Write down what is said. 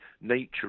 nature